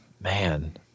Man